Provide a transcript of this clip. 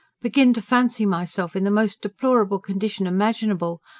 begin to fancy myself in the most deplorable condition imaginable,